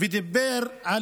ודיבר על